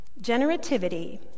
Generativity